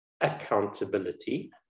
accountability